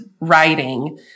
writing